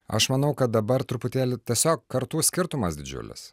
aš manau kad dabar truputėlį tiesiog kartų skirtumas didžiulis